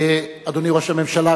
אדוני ראש הממשלה,